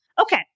Okay